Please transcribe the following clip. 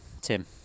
Tim